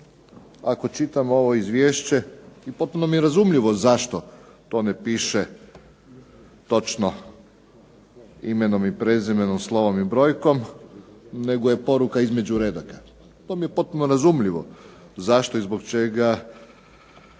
ako čitamo ovo izvješće i potpuno mi je razumljivo zašto to ne piše točno imenom i prezimenom, slovom i brojkom nego je poruka između redaka. To mi je potpuno razumljivo zašto i zbog čega